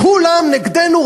כולם נגדנו,